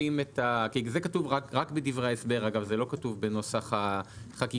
זה כתוב רק בדברי ההסבר, זה לא כתוב בנוסח החקיקה.